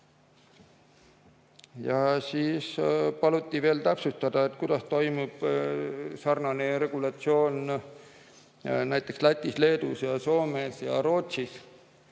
Siis paluti veel täpsustada, kuidas toimib sarnane regulatsioon näiteks Lätis, Leedus, Soomes ja Rootsis.